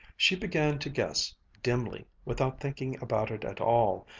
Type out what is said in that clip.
she began to guess dimly, without thinking about it at all,